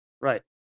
Right